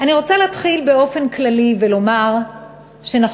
אני רוצה להתחיל באופן כללי ולומר שנכון,